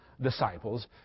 disciples